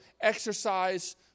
exercise